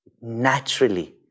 naturally